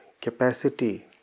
capacity